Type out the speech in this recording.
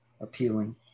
appealing